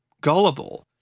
gullible